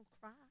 cry